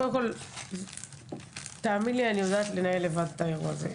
קודם כל תאמין לי שאני יודעת לנהל לבד את האירוע הזה.